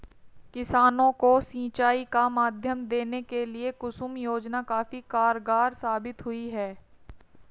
किसानों को सिंचाई का माध्यम देने के लिए कुसुम योजना काफी कारगार साबित हुई है